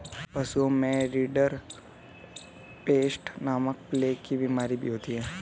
पशुओं में रिंडरपेस्ट नामक प्लेग की बिमारी भी होती है